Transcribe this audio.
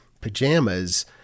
pajamas